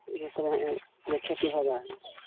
जाहि समयमे जे खेती होबऽ है